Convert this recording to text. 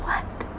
what